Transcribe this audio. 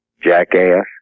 jackass